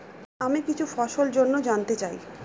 আমি কিছু ফসল জন্য জানতে চাই